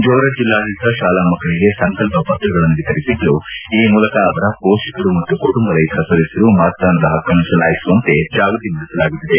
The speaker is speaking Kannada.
ಜೋರ್ದಟ್ ಜಿಲ್ಲಾಡಳಿತ ಶಾಲಾಮಕ್ಕಳಿಗೆ ಸಂಕಲ್ಪ ಪತ್ರಗಳನ್ನು ವಿತರಿಸಿದ್ದು ಈ ಮೂಲಕ ಅವರ ಮೋಷಕರು ಮತ್ತು ಕುಟುಂಬದ ಇತರ ಸದಸ್ಕರು ಮತದಾನದ ಪಕ್ಕನ್ನು ಚಲಾಯಿಸುವಂತೆ ಜಾಗೃತಿ ಮೂಡಿಸಲಾಗುತ್ತಿದೆ